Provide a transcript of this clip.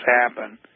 happen